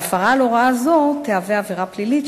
הפרה של הוראה זו תהווה עבירה פלילית,